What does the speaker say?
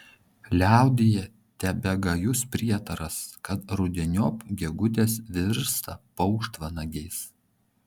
liaudyje tebegajus prietaras kad rudeniop gegutės virsta paukštvanagiais